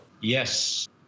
Yes